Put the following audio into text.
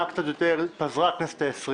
כנראה שגם היום הם קיבלו דף מסרים